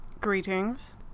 Greetings